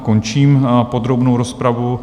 Končím podrobnou rozpravu.